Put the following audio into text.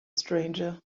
stranger